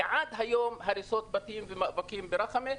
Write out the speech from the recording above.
ועד היום הריסות בתים ומאבקים ברחמה,